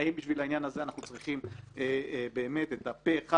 האם בשביל העניין הזה אנחנו צריכים באמת את הפה-אחד,